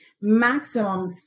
maximum